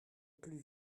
plus